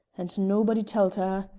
and nobody tell't her.